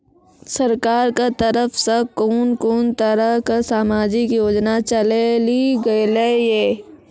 सरकारक तरफ सॅ कून कून तरहक समाजिक योजना चलेली गेलै ये?